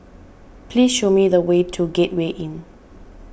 please show me the way to Gateway Inn